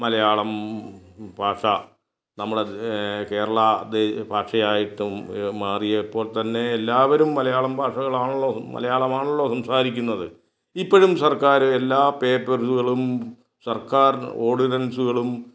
മലയാളം ഭാഷ നമ്മളത് കേരള ഇത് ഭാഷയായിട്ടും മാറിയപ്പോൾ തന്നെ എല്ലാവരും മലയാളം ഭാഷകളാണല്ലോ മലയാളമാണല്ലോ സംസാരിക്കുന്നത് ഇപ്പോഴും സർക്കാർ എല്ലാ പേപ്പറുകളും സർക്കാർ ഓർഡിനൻസുകളും